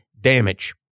damage